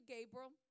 Gabriel